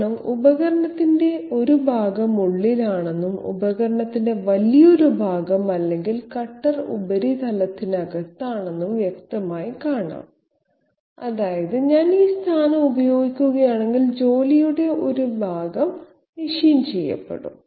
കാരണം ഉപകരണത്തിന്റെ ഒരു ഭാഗം ഉള്ളിലാണെന്നും ഉപകരണത്തിന്റെ വലിയൊരു ഭാഗം അല്ലെങ്കിൽ കട്ടർ ഉപരിതലത്തിനകത്താണെന്നും വ്യക്തമായി കാണാം അതായത് ഞാൻ ഈ സ്ഥാനം ഉപയോഗിക്കുകയാണെങ്കിൽ ജോലിയുടെ ഒരു ഭാഗം മെഷീൻ ചെയ്യപ്പെടും